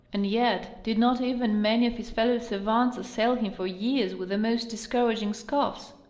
and yet did not even many of his tellow-savants assail him for years with the most discouraging scoffs?